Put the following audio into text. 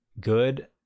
good